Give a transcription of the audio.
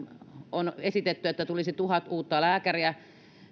on esitetty että tulisi tuhat uutta lääkäriä